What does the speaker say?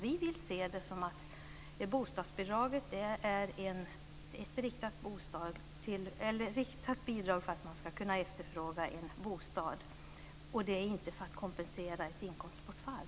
Vi vill se saken så att bostadsbidraget är inriktat på att man ska kunna efterfråga en bostad, inte på att kompensera för ett inkomstbortfall.